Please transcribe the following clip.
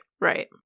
Right